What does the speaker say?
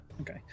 Okay